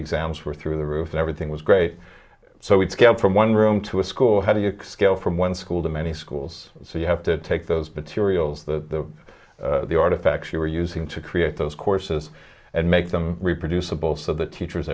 exams were through the roof and everything was great so we scaled from one room to a school how do you excuse from one school to many schools so you have to take those materials the artifacts you are using to create those courses and make them reproducible so the teachers